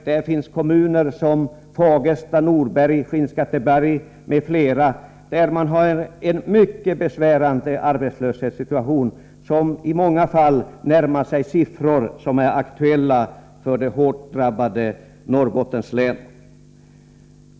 Där finns kommuner som Fagersta, Norberg och Skinnskatteberg där man har en mycket besvärande arbetslöshetssituation, med siffror som i många fall närmar sig dem som är aktuella för det hårt drabbade Norrbottens län.